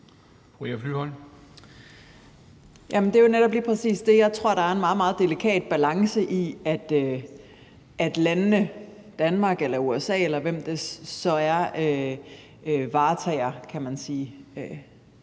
det er jo lige præcis det, jeg tror der er en meget, meget delikat balance i, altså at landene – Danmark eller USA, eller hvem det så er – varetager, kan man sige,